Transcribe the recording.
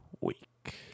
week